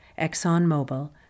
ExxonMobil